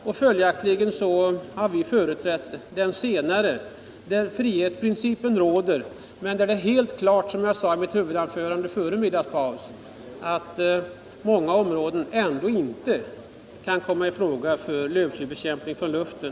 och vi har företrätt den senare linjen där frihetsprincipen råder. Det är emellertid helt klart, som jag sade i mitt huvudanförande före middagspausen, att många områden inte kan komma i fråga för lövslybekämpning från luften.